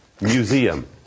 museum